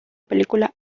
película